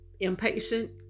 Impatient